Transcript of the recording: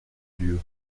lieu